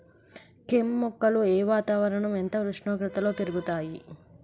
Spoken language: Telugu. కెమ్ మొక్కలు ఏ వాతావరణం ఎంత ఉష్ణోగ్రతలో పెరుగుతాయి?